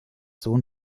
sohn